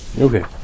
Okay